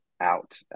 out